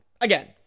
Again